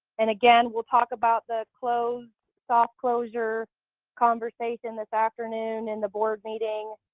and again we'll talk about the close. soft closure conversation this afternoon in the board meeting.